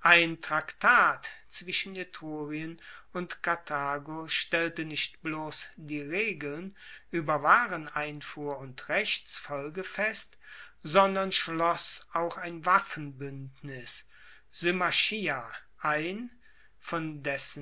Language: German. ein traktat zwischen etrurien und karthago stellte nicht bloss die regeln ueber wareneinfuhr und rechtsfolge fest sondern schloss auch ein waffenbuendnis ein von dessen